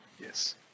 yes